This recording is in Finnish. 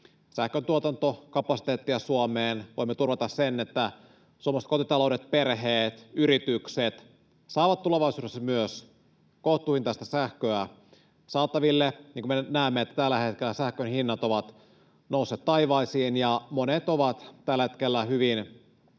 sähköntuotantokapasiteettia Suomeen ja voimme turvata sen, että suomalaiset kotitaloudet, perheet, yritykset saavat myös tulevaisuudessa kohtuuhintaista sähköä saataville. Niin kuin me nyt näemme, tällä hetkellä sähkön hinnat ovat nousseet taivaisiin ja monet ovat hyvin